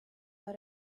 are